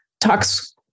talks